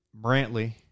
Brantley